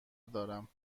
دارم